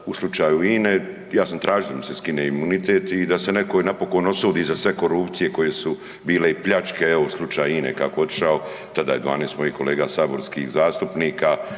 u slučaju INA-e, ja sam tražio da mi se skine imunitet i da se neko napokon osudi za sve korupcije koje su bile i pljačke, evo u slučaju INA-e kako je otišao. Tada je 12 mojih kolega saborskih zastupnika,